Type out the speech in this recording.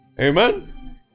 amen